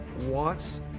wants